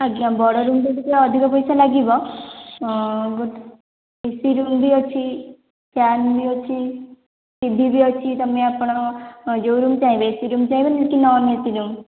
ଆଜ୍ଞା ବଡ଼ ରୁମ୍ ଟେ ଟିକେ ଅଧିକ ପଇସା ଲାଗିବ ଗୋଟେ ଏସି ରୁମ୍ ବି ଅଛି ଫ୍ୟାନ୍ ବି ଅଛି ଟିଭି ବି ଅଛି ତମେ ଆପଣ ଯେଉଁ ରୁମ୍ ଚାହିଁବେ ଏସି ରୁମ୍ ଚାହିଁବେ କି ନନ ଏସି ରୁମ୍